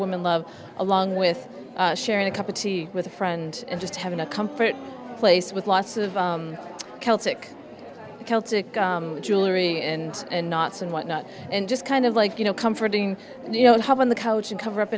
woman love along with sharing a cup of tea with a friend and just having a comfort place with lots of celtic celtic jewelry and knots and whatnot and just kind of like you know comforting you know help on the couch and cover up